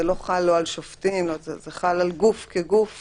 זה לא חל לא על שופטים, זה חל על גוף כגוף.